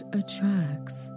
attracts